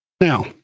Now